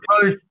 close